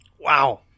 Wow